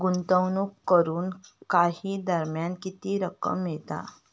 गुंतवणूक करून काही दरम्यान किती रक्कम मिळता?